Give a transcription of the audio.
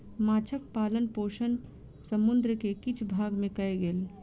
माँछक पालन पोषण समुद्र के किछ भाग में कयल गेल